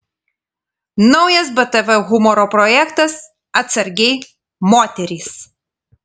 naujas btv humoro projektas atsargiai moterys